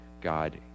God